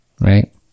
right